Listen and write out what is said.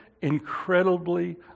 incredibly